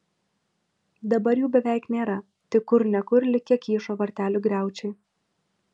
dabar jų beveik nėra tik kur ne kur likę kyšo vartelių griaučiai